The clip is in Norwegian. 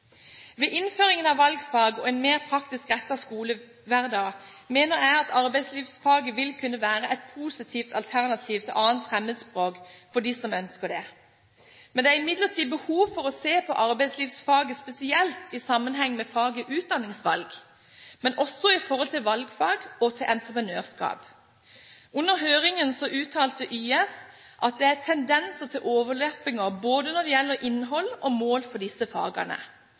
innføringen av valgfag og en mer praktisk rettet skolehverdag mener jeg at arbeidslivsfaget vil kunne være et positivt alternativ til 2. fremmedspråk for dem som ønsker det. Det er imidlertid behov for å se på arbeidslivsfaget, spesielt i sammenheng med faget utdanningsvalg, men også i forhold til valgfag og til entreprenørskap. Under høringen uttalte YS at det er tendenser til overlappinger når det gjelder både innhold og mål for disse fagene,